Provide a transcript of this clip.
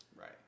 right